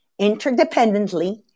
interdependently